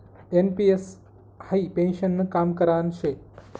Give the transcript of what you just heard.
NPS हाई पेन्शननं काम करान शे